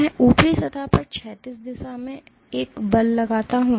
मैं ऊपरी सतह पर क्षैतिज दिशा में एक बल लगाता हूं